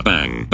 Bang